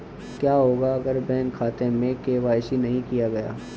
क्या होगा अगर बैंक खाते में के.वाई.सी नहीं किया गया है?